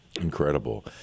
Incredible